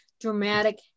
dramatic